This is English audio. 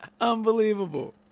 Unbelievable